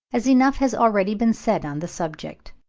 as enough has already been said on the subject.